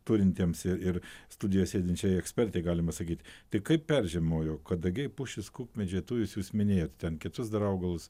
turintiems ir ir studijoje sėdinčiai ekspertei galima sakyt tai kaip peržiemojo kadagiai pušys kukmedžiai tujos jūs minėjot ten kitus dar augalus